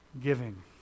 giving